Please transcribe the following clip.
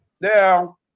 Now